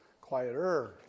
Quieter